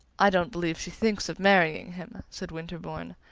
i don't believe she thinks of marrying him, said winterbourne,